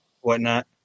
whatnot